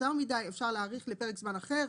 קצר מדי, אפשר להאריך לפרק זמן אחר.